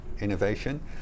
innovation